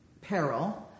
peril